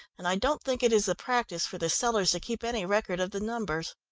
and i don't think it is the practice for the sellers to keep any record of the numbers.